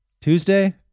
Tuesday